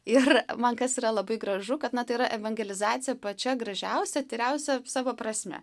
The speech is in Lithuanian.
ir man kas yra labai gražu kad na tai yra evangelizacija pačia gražiausia tyriausia savo prasme